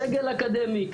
סגל אקדמי,